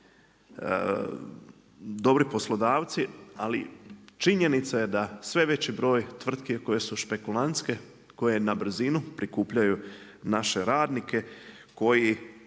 dobri poslodavci. Ali činjenica je da sve veći broj tvrtki koje su špekulantske, koje na brzinu prikupljaju naše radnike koji